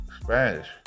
spanish